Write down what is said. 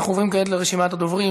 אנחנו עוברים כעת לרשימת הדוברים.